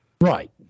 Right